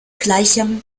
gleichem